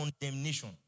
condemnation